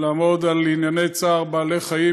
לעמוד על ענייני צער בעלי חיים.